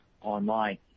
online